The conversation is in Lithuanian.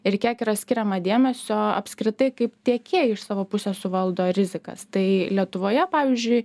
ir kiek yra skiriama dėmesio apskritai kaip tiekėjai iš savo pusės suvaldo rizikas tai lietuvoje pavyzdžiui